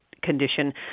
condition